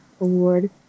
Award